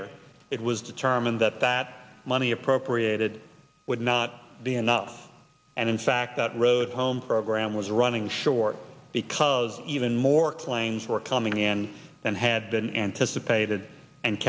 later it was determined that that money appropriated would not be enough and in fact that road home program was running short because even more claims were coming in and had been anticipated and